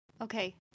Okay